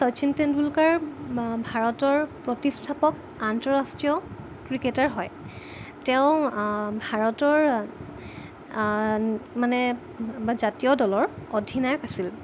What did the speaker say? শচীন টেণ্ডুলকাৰ ভাৰতৰ প্ৰতিষ্ঠাপক আন্তঃৰাষ্ট্ৰীয় ক্ৰিকেটাৰ হয় তেওঁ ভাৰতৰ মানে বা জাতীয় দলৰ অধিনায়ক আছিল